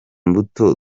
mbuto